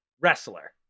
wrestler